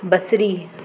बसरी